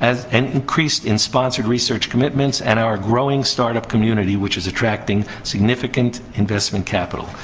and an increase in sponsored research commitments and our growing startup community, which is attracting significant investment capital.